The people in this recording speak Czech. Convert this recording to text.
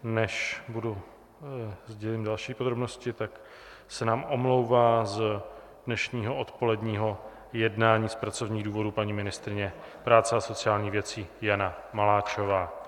Než sdělím další podrobnosti, tak se nám omlouvá z dnešního odpoledního jednání z pracovních důvodů paní ministryně práce a sociálních věcí Jana Maláčová.